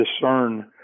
discern